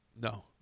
No